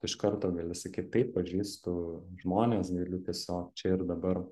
iš karto gali sakyt taip pažįstu žmones galiu tiesiog čia ir dabar